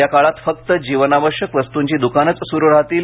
या काळात फक्त जीवनावश्यक वस्तूंची द्रकानेच सुरू राहतील